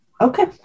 okay